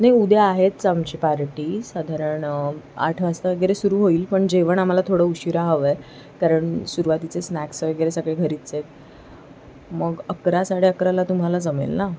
नाही उद्या आहेच आमची पार्टी साधारण आठ वाजता वगैरे सुरु होईल पण जेवण आम्हाला थोडं उशिरा हवं आहे कारण सुरवातीचे स्नॅक्स वगैरे सगळे घरीच आहेत मग अकरा साडे अकराला तुम्हाला जमेल ना